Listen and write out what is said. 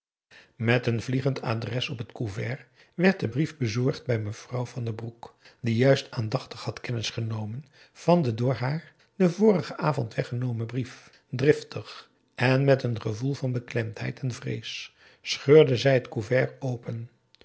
met een vliegend adres op het couvert werd de brief bezorgd bij mevrouw van den broek die juist aandachtig had kennis genomen van den door haar den vorigen avond weggenomen brief driftig en met een gevoel van beklemdheid en vrees scheurde zij t couvert open